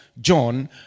john